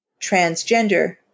transgender